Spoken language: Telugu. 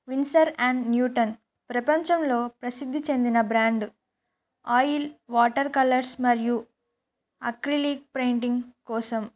విన్సర్ అండ్ న్యూటన్ ప్రపంచంలో ప్రసిద్ధి చెందిన బ్రాండ్ ఆయిల్ వాటర్ కలర్స్ మరియు అక్రిలిక్ పెయింటింగ్ కోసం